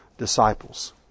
Disciples